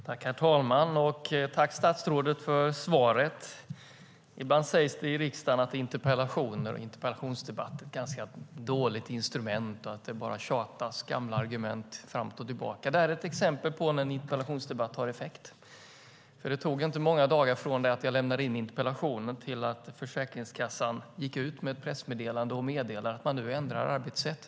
Herr talman! Tack, statsrådet, för svaret! Det sägs i riksdagen att interpellationer och interpellationsdebatter är ett ganska dåligt instrument och att det bara är gamla argument som tjatas fram och tillbaka. Det här är dock ett exempel på att en interpellation har effekt. Det tog inte många dagar från det att jag lämnade in interpellationen tills Försäkringskassan gick ut med ett pressmeddelande och meddelade att man nu ändrar arbetssätt.